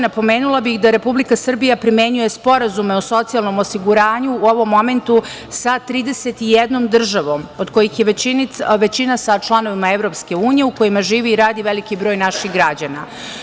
Napomenula bih da Republika Srbija primenjuje sporazume o socijalnom osiguranju sa 31 državom, od kojih je većina članica EU, a u kojima živi i radi veliki broj naših građana.